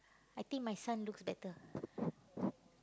I think my son looks better